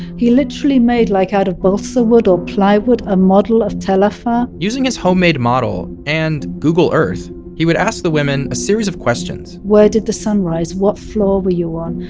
he literally made like out of balsa wood or plywood a model of tel afar using his homemade model and google earth, he would ask the women a series of questions where did the sun rise? what floor were you on?